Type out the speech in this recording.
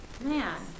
Man